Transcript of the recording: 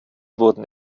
wurden